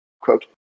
quote